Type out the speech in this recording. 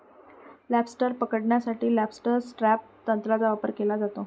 lobster पकडण्यासाठी lobster trap तंत्राचा वापर केला जातो